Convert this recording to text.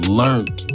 learned